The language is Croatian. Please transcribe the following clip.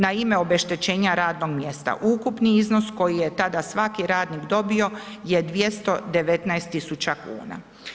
Na ime obeštećenja radnog mjesta ukupni iznos koji je tada svaki radnik dobio je 219 000 kuna.